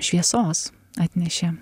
šviesos atnešė